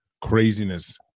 craziness